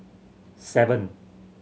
seven